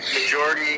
Majority